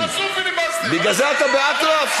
תעשו פיליבסטר, בגלל זה אתה באטרף?